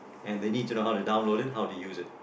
and they need to know how to download it how to use it